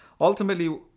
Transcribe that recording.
ultimately